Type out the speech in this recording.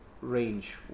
range